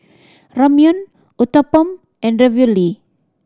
Ramyeon Uthapam and Ravioli